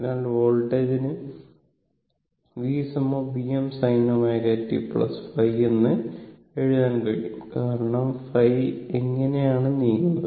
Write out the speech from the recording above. അതിനാൽ വോൾട്ടേജിന് v Vm sinωtϕ എന്ന് എഴുതാൻ കഴിയും കാരണം θ ഇങ്ങനെയാണ് നീങ്ങുന്നത്